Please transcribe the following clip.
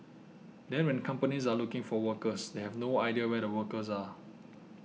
then when companies are looking for workers they have no idea where the workers are